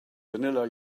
vanilla